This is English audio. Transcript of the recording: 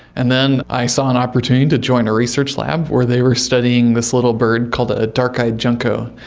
and then i saw an opportunity to join a research lab where they were studying this little bird called a dark-eyed junco.